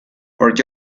for